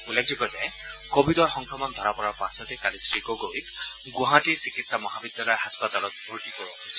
উল্লেখযোগ্য যে কভিডৰ সংক্ৰমণ ধৰা পৰাৰ পাছতেই কালি শ্ৰীগগৈক গুৱাহাটী চিকিৎসা মহাবিদ্যালয় হাস্পতালত ভৰ্তি কৰোৱা হৈছিল